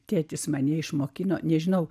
tėtis mane išmokino nežinau